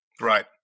right